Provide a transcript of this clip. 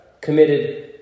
committed